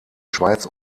schweiz